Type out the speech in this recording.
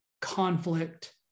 conflict